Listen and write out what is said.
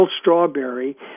Strawberry